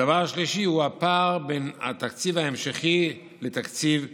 הדבר השלישי הוא הפער בין התקציב ההמשכי לתקציב 2019,